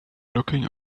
looking